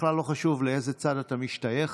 בכלל לא חשוב לאיזה צד אתה משתייך,